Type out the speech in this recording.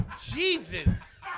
Jesus